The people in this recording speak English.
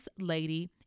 Lady